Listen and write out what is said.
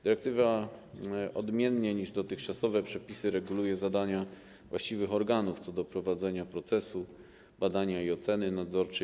Dyrektywa odmiennie niż dotychczasowe przepisy reguluje zadania właściwych organów co do prowadzenia procesu badania i oceny nadzorczej.